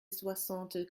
soixante